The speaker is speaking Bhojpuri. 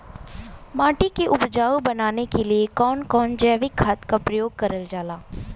माटी के उपजाऊ बनाने के लिए कौन कौन जैविक खाद का प्रयोग करल जाला?